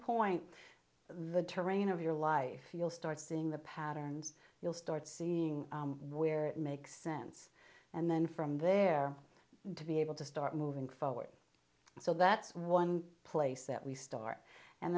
point the terrain of your life you'll start seeing the patterns you'll start seeing where it makes sense and then from there to be able to start moving forward so that's one place that we start and